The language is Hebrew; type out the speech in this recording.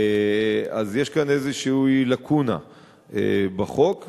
אז יש כאן איזושהי לקונה בחוק.